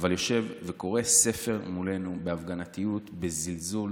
אבל הוא יושב וקורא ספר מולנו בהפגנתיות, בזלזול,